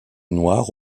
noir